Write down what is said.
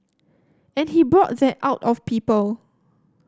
and he brought that out of people